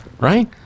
Right